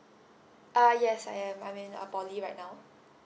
uh yes I am I'm in a polytechnic right now